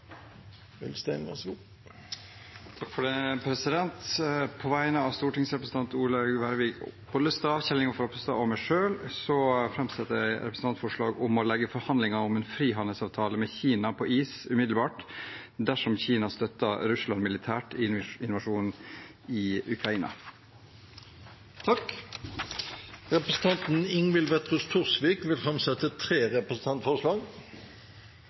På vegne av stortingsrepresentantene Olaug Vervik Bollestad, Kjell Ingolf Ropstad og meg selv framsetter jeg et representantforslag om å legge forhandlinger om en frihandelsavtale med Kina på is umiddelbart dersom Kina støtter Russland militært i invasjonen i Ukraina. Representanten Ingvild Wetrhus Thorsvik vil framsette tre representantforslag. På vegne av representantene Grunde Almeland, Alfred Jens Bjørlo, Guri Melby og meg selv vil jeg sette fram representantforslag